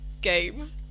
game